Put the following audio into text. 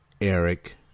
Eric